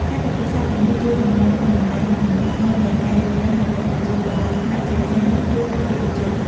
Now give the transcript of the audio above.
ការពិភាក្សាទាំងនេះជួយកំណត់គុណតម្លៃ និងទម្រង់ថ្មីនៃការយល់ដឹងរបស់ប្រជាពលរដ្ឋខ្មែរ ជាពិសេសនោះគឺយុវជន។